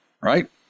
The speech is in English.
right